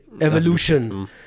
evolution